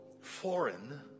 foreign